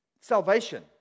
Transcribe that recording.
salvation